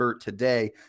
today